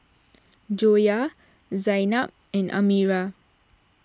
Joyah Zaynab and Amirah